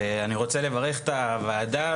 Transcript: ואני רוצה לברך את הוועדה.